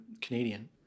canadian